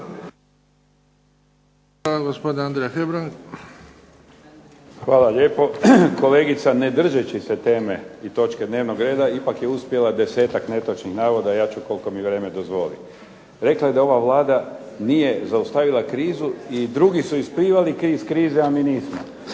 **Hebrang, Andrija (HDZ)** Hvala lijepo. Kolegica ne držeći se teme i točke dnevnog reda, ipak je uspjela desetak netočnih navoda. Ja ću koliko mi vrijeme dozvoli. Rekla je da ova Vlada nije zaustavila krizu i drugi su isplivali iz krize, a mi nismo.